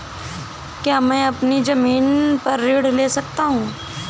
क्या मैं अपनी ज़मीन पर ऋण ले सकता हूँ?